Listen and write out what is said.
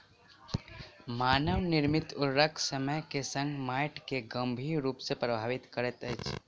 मानव निर्मित उर्वरक समय के संग माइट के गंभीर रूप सॅ प्रभावित करैत अछि